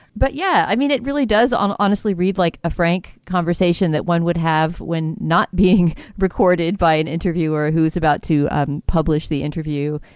but, yeah, i mean, it really does honestly read like a frank conversation that one would have when not being recorded by an interviewer who is about to publish the interview.